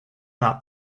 not